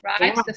right